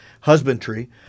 husbandry